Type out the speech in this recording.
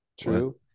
true